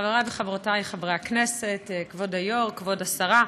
חברי הכנסת, כבוד היושב-ראש, כבוד השרה,